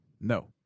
No